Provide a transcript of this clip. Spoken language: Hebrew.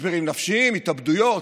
משברים נפשיים, התאבדויות.